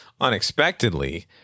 Unexpectedly